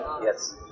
Yes